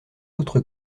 autres